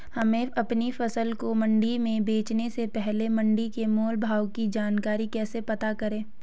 हमें अपनी फसल को मंडी में बेचने से पहले मंडी के मोल भाव की जानकारी कैसे पता करें?